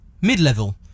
mid-level